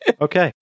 Okay